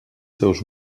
seus